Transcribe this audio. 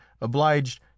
obliged